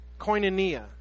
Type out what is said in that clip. koinonia